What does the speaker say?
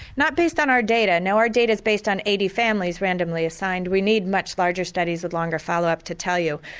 not based on our data. now our data is based on eighty families randomly assigned. we need much larger studies with a longer follow-up to tell you,